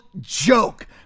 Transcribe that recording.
joke